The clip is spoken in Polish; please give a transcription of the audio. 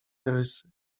rysy